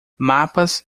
mapas